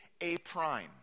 A-prime